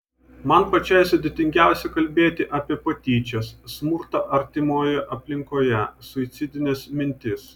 man pačiai sudėtingiausia kalbėti apie patyčias smurtą artimoje aplinkoje suicidines mintis